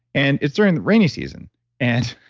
and it's during the rainy season and